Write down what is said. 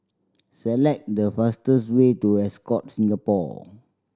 select the fastest way to Ascott Singapore